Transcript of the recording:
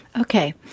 Okay